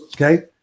Okay